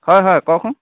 হয় হয় কওকচোন